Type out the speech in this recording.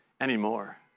anymore